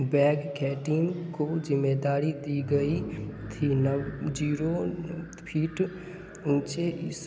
bag कैटिंग को जिम्मेदारी दी गई थी नव ज़ीरो फीट ऊँचे इस